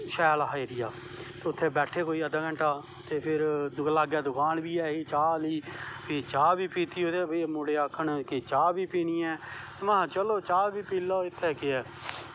शैल हा एरिया उत्थें बैठे कोई अध्दा घैंटा ते फिर लाग्गै दुकान बी ऐही ही चाह् आह्ली चाह् बी पीती मुड़े आखन च्हा बी पीनी ऐं महां चलो चाह् बी पी लो इत्थें केह् ऐ